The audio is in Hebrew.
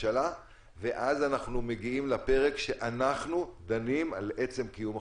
ואז אנחנו מגיעים לפרק שאנחנו דנים על עצם קיום החוק.